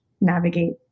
navigate